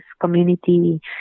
community